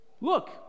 Look